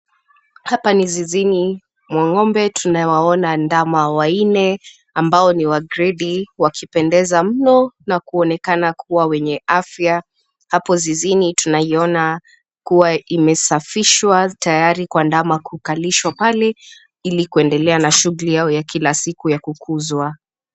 Hapa ni zizini mwa ng'ombe, tunawaona ndama wanne ambao ni wa gredi wakipendeza na kuonekana wenye afya. Hapo zizini tunaiona kuwa imesafishwa tayari kwa ndama kukalishwa pale, ili kuendelea na shughuli yao ya kila siku ya kukuzwa.